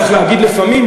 צריך להגיד לפעמים,